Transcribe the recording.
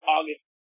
August